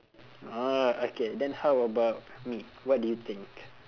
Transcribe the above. oh okay then how about me what do you think